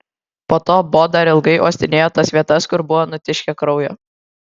po to bo dar ilgai uostinėjo tas vietas kur buvo nutiškę kraujo